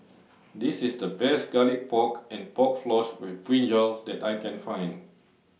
This IS The Best Garlic Pork and Pork Floss with Brinjal that I Can Find